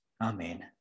Amen